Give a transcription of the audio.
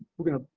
we're gonna.